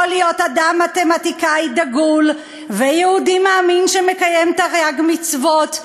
יכול להיות אדם מתמטיקאי דגול ויהודי מאמין שמקיים את תרי"ג מצוות,